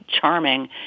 charming